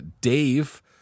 dave